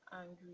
angry